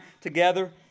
together